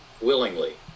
willingly